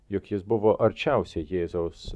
juk jis buvo arčiausiai jėzaus